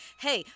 hey